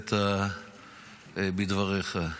שהעלית בדבריך.